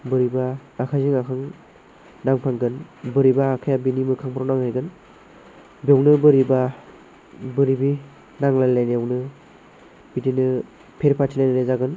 बोरैबा आखाइजों आखाइ नांफ्लांगोन बोरैबा आखाइया बिनि मोखांफोराव नांहैगोन बेयावनो बोरैबा बोरैबि नांज्लाय लायनायावनो बिदिनो फेर फाथिलायनाय जागोन